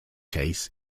case